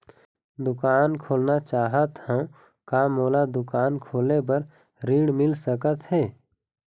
दुकान खोलना चाहत हाव, का मोला दुकान खोले बर ऋण मिल सकत हे?